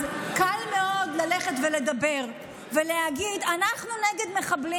אז קל מאוד ללכת ולדבר ולהגיד: אנחנו נגד מחבלים